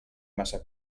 massa